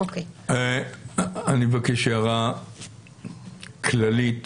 אני מבקש הערה כללית.